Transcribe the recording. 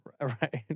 Right